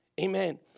Amen